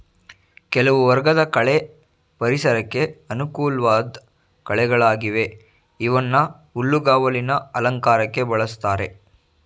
ಕೆಲವು ವರ್ಗದ ಕಳೆ ಪರಿಸರಕ್ಕೆ ಅನುಕೂಲ್ವಾಧ್ ಕಳೆಗಳಾಗಿವೆ ಇವನ್ನ ಹುಲ್ಲುಗಾವಲಿನ ಅಲಂಕಾರಕ್ಕೆ ಬಳುಸ್ತಾರೆ